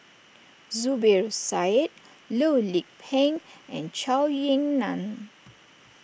Zubir Said Loh Lik Peng and Zhou Ying Nan